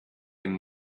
dem